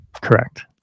Correct